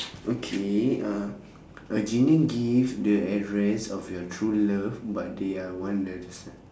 okay uh a genie give the address of your true love but they are